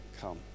come